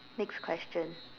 next question